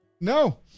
no